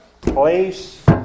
place